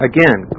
Again